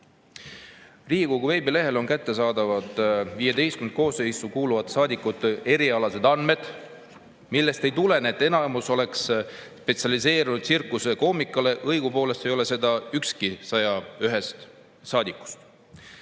Riigikogu veebilehel on kättesaadavad XV koosseisu kuuluvate saadikute erialased andmed, millest ei tulene, et enamus oleks spetsialiseerunud tsirkusekoomikale, õigupoolest ei ole seda ükski 101 saadikust.